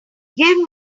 give